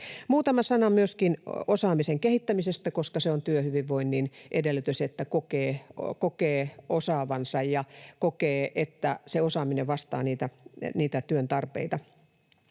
Muutama sana myöskin osaamisen kehittämisestä, koska se on työhyvinvoinnin edellytys, että kokee osaavansa ja kokee, että osaaminen vastaa työn tarpeita